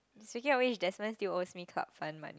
speaking of which Desmond still owes me club fund money